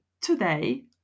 today